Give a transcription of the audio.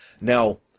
Now